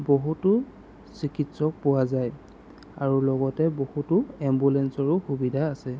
বহুতো চিকিৎসক পোৱা যায় আৰু লগতে বহুতো এম্বুলেঞ্চৰো সুবিধা আছে